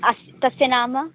अस्तु तस्य नाम